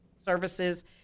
services